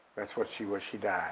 that's what she was, she